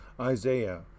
Isaiah